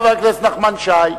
חבר הכנסת נחמן שי.